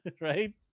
Right